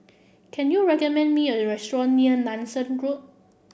can you recommend me a restaurant near Nanson Road